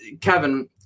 Kevin